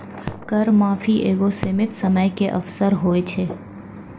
कर माफी एगो सीमित समय के अवसर होय छै